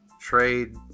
trade